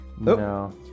No